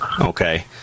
Okay